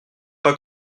pas